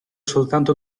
soltanto